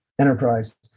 enterprise